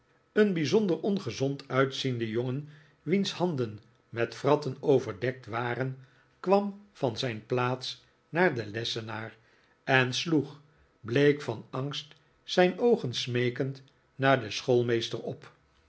een bijzonder ongezond uitziende jongen wiens handen met wratten overdekt waren kwam van zijn plaats naar den lessenaar en sloeg bleek van angst zijn oogen smeekend naar den schoolmeester op